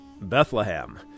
Bethlehem